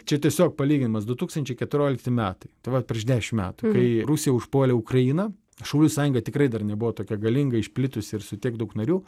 čia tiesiog palyginimas du tūkstančiai keturiolika metai tai vat prieš dešimt metų kai rusija užpuolė ukrainą šaulių sąjunga tikrai dar nebuvo tokia galinga išplitusi ir su tiek daug narių